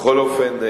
בכל אופן,